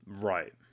Right